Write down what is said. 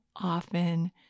often